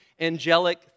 angelic